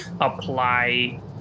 apply